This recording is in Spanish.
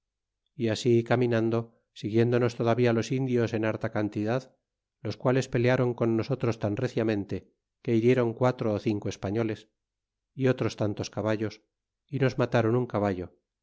e así caminando siguiéndonos todavía los indios en harta cantidad los quales pelearon con nosotros i an reciamente que hirieron quatro cinco españoles y otros cantos caballos y nos mata taron un caballo